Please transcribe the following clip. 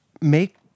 make